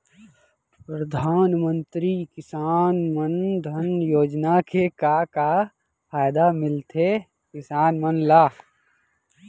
परधानमंतरी किसान मन धन योजना के का का फायदा मिलथे किसान मन ला?